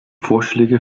vorschläge